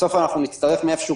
בסוף אנחנו נצטרך מאיפשהו,